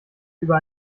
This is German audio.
über